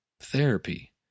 therapy